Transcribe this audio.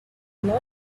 lot